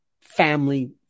family